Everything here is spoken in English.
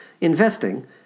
investing